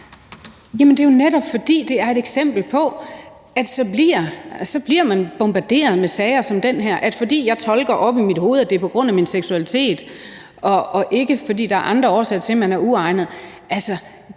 det er jo netop, fordi det er et eksempel på, at så bliver man bombarderet med sager som den her – fordi man oppe i sit hoved tolker, at det er på grund af ens seksualitet og ikke, fordi der er andre årsager til, at man er uegnet.